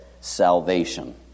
salvation